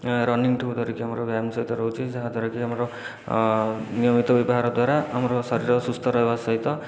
running ଠୁ କରିକି ଆମର ବ୍ୟାୟାମ ସହିତ ରହୁଛି ଯାହା ଦ୍ୱାରାକି ଆମର ନିୟମିତ ବ୍ୟବହାର ଦ୍ୱାରା ଆମର ଶରୀର ସୁସ୍ଥ ରହିବା ସହିତ